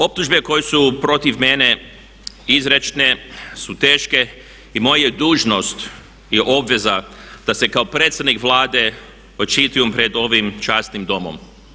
Optužbe koje su protiv mene izrečene su teške i moja je dužnost i obveza da se kao predsjednik Vlade očitujem pred ovim časnim Domom.